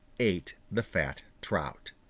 ate the fat trout.